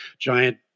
giant